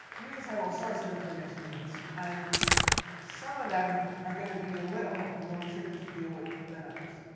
users have all sorts of information needs. and some of them are going to be a little more more tricky to deal with than others.